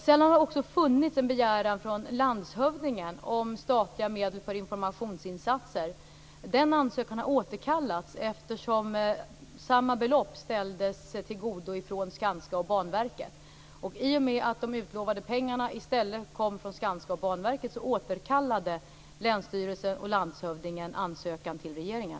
Sedan har det också funnits en begäran från landshövdingen om statliga medel för informationsinsatser. Denna ansökan har återkallats eftersom samma belopp ställdes till förfogande från Skanska och Banverket. I och med att de utlovade pengarna i stället kom från Skanska och Banverket återkallade länsstyrelsen och landshövdingen ansökan till regeringen.